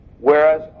whereas